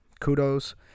kudos